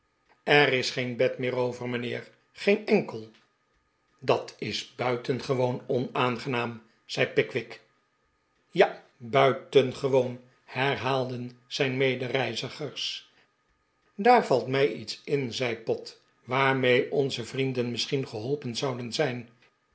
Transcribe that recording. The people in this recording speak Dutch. er is geen bed meer over mijnheer geen enkel dat is buitengewoon onaangenaam zei pickwick ja buitengewoon herhaalden zijn medereizigers daar valt mij iets in zei pott waarmee onze vrienden misschien geholpen zouden zijn